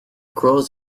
grows